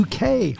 UK